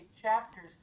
chapters